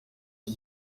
iki